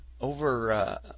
over